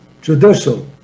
judicial